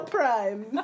Prime